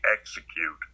execute